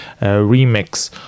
remix